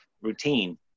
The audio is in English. routine